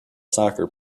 soccer